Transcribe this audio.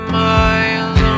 miles